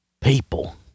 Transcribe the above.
people